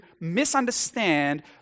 misunderstand